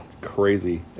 crazy